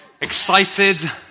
excited